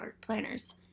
planners